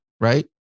right